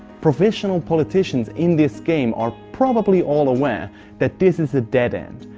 professional politicians in this game are probably all aware that this is a dead end.